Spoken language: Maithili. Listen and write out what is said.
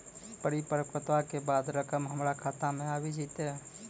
परिपक्वता के बाद रकम हमरा खाता मे आबी जेतै?